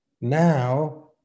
now